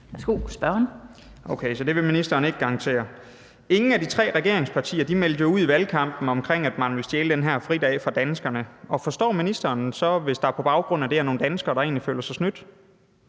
Okay, så det vil ministeren ikke garantere. Ingen af de tre regeringspartier meldte ud i valgkampen, at man ville stjæle den her fridag fra danskerne. Forstår ministeren så, hvis der på baggrund af det er nogle danskere, der egentlig føler sig snydt?